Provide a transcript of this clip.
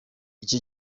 icyo